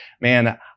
man